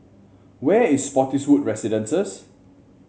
where is Spottiswoode Residences